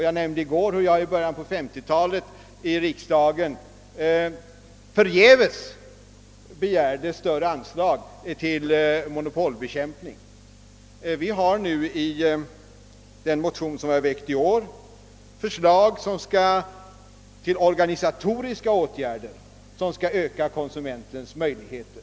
Jag nämnde i går hur jag i mitten på 1950-talet i riksdagen förgäves begärde större anslag till monopolbekämpning. I den motion, som vi väckt i år, har vi föreslagit organisatoriska åtgärder som skall öka konsumentens möjligheter.